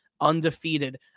undefeated